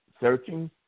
searching